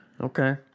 Okay